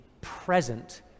present